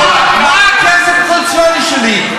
לא לקחנו כספים קואליציוניים.